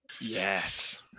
Yes